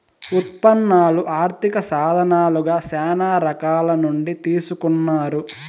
ఉత్పన్నాలు ఆర్థిక సాధనాలుగా శ్యానా రకాల నుండి తీసుకున్నారు